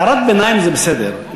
הערת ביניים זה בסדר,